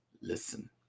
listen